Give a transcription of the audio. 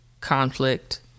conflict